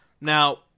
Now